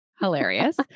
hilarious